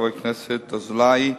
חבר הכנסת אזולאי,